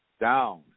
down